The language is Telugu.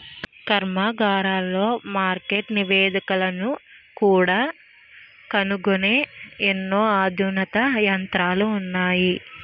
కర్మాగారాలలో మార్కెట్ నివేదికలను కూడా కనుగొనే ఎన్నో అధునాతన యంత్రాలు ఉన్నాయి